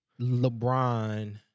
LeBron